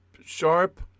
sharp